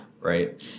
right